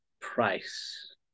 price